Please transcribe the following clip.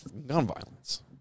nonviolence